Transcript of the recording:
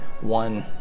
one